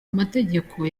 mategeko